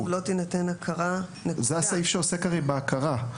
זהו הסעיף שעוסק, הרי, בהכרה.